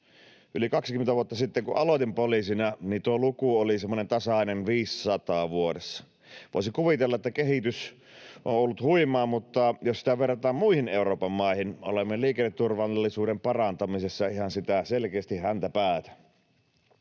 Yli 20 vuotta sitten, kun aloitin poliisina, tuo luku oli semmoinen tasainen 500 vuodessa. Voisi kuvitella, että kehitys on ollut huimaa, mutta jos sitä verrataan muihin Euroopan maihin, olemme liikenneturvallisuuden parantamisessa selkeästi ihan sitä häntäpäätä.